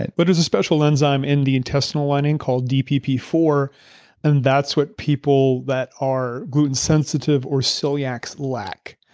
and but there's a special enzyme in the intestinal lining called d p p four and that's what people that are gluten sensitive or celiac lack.